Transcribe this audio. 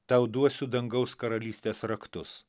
tau duosiu dangaus karalystės raktus